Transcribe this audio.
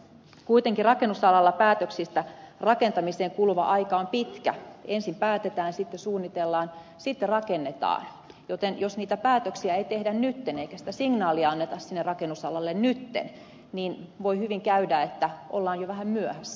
kuitenkin rakennusalalla päätöksistä rakentamiseen kuluva aika on pitkä ensin päätetään sitten suunnitellaan sitten rakennetaan joten jos niitä päätöksiä ei tehdä nyt eikä sitä signaalia anneta sinne rakennusalalle nyt niin voi hyvin käydä että ollaan jo vähän myöhässä